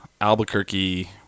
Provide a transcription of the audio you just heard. Albuquerque